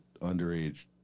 underage